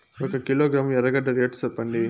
ఒక కిలోగ్రాము ఎర్రగడ్డ రేటు సెప్పండి?